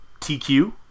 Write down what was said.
TQ